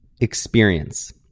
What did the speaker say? experience